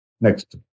Next